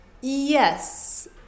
Yes